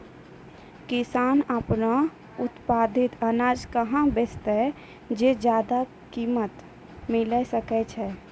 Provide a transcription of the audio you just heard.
किसान आपनो उत्पादित अनाज कहाँ बेचतै जे ज्यादा कीमत मिलैल सकै छै?